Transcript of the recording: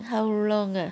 how long ah